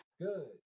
Good